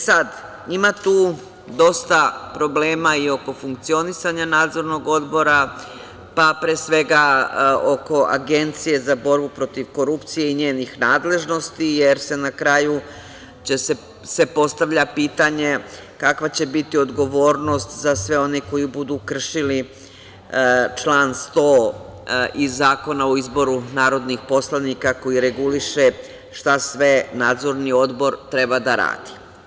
Sada tu ima dosta problema i oko funkcionisanja Nadzornog odbora, pa pre svega oko Agencije za borbu protiv korupcije i njenih nadležnosti, jer se, na kraju, postavlja pitanje – kakva će biti odgovornost za sve one koji budu kršili član 100. iz Zakona o izboru narodnih poslanika koji reguliše šta sve Nadzorni odbor treba da radi?